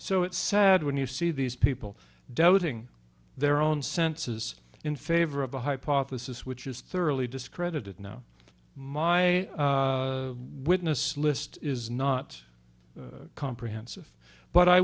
so it's sad when you see these people doubting their own senses in favor of a hypothesis which is thoroughly discredited now my witness list is not comprehensive but i